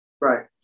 Right